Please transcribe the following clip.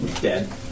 Dead